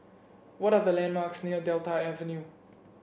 what are the landmarks near Delta Avenue